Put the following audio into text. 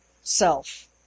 self